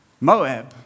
Moab